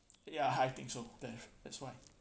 ya I think so that that's why